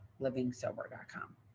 livingsober.com